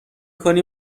کنی